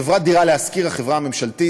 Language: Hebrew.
חברת "דירה להשכיר", החברה הממשלתית,